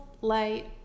light